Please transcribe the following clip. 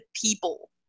people